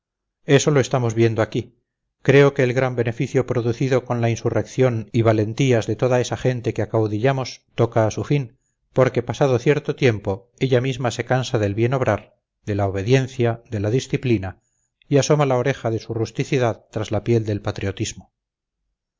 eso lo estamos viendo aquí creo que el gran beneficio producido con la insurrección y valentías de toda esa gente que acaudillamos toca a su fin porque pasado cierto tiempo ella misma se cansa del bien obrar de la obediencia de la disciplina y asoma la oreja de su rusticidad tras la piel del patriotismo